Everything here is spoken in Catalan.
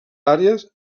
àrees